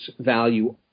value